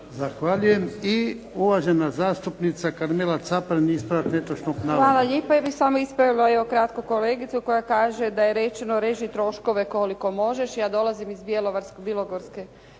Zahvaljujem. Uvažena zastupnica Karmela Caparin ispravak netočnog navoda. **Caparin, Karmela (HDZ)** Hvala lijepa. Ja bih samo ispravila evo kratko kolegicu koja kaže da je rečeno reži troškove koliko možeš. Ja dolazim iz